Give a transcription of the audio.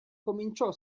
cominciò